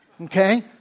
Okay